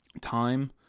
time